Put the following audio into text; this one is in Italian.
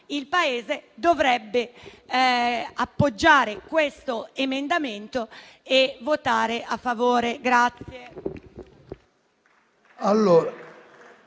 il Paese, dovrebbe appoggiare questo emendamento e votare a favore.